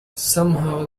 somehow